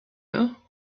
you